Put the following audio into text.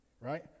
right